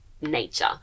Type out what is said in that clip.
nature